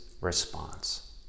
response